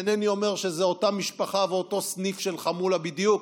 אינני אומר שזו אותה משפחה ואותו סניף של חמולה בדיוק,